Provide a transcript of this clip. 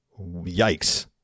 Yikes